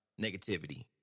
negativity